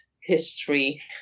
history